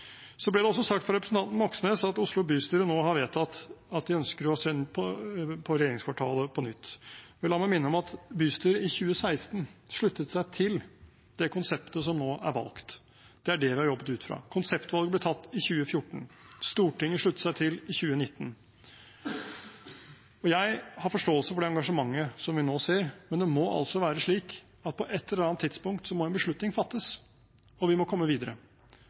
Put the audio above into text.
Det ble også sagt fra representanten Moxnes at Oslo bystyre nå har vedtatt at de ønsker å se på regjeringskvartalet på nytt. La meg minne om at bystyret i 2016 sluttet seg til det konseptet som nå er valgt. Det er det vi har jobbet ut fra. Konseptvalget ble tatt i 2014. Stortinget sluttet seg til i 2019. Jeg har forståelse for det engasjementet vi nå ser, men det må altså være slik at på et eller annet tidspunkt må en beslutning fattes, og vi må komme videre.